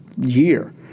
year